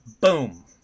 Boom